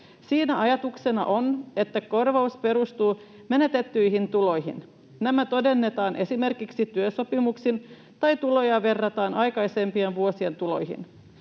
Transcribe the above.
Siinä ajatuksena on, että korvaus perustuu menetettyihin tuloihin. Nämä todennetaan esimerkiksi työsopimuksin tai tuloja verrataan aikaisempien vuosien tuloihin.